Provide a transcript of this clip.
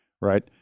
right